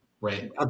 Right